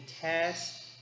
test